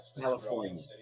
California